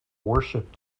worshipped